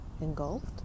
Engulfed